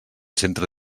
centre